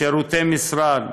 שירותי משרד,